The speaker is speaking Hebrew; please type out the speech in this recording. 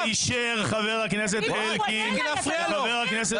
-- ככה אישר חבר הכנסת אלקין וחבר הכנסת